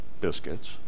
biscuits